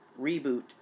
Reboot